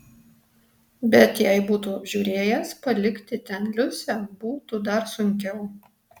bet jei būtų apžiūrėjęs palikti ten liusę būtų dar sunkiau